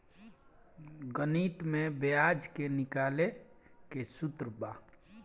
गणित में ब्याज के निकाले के सूत्र बा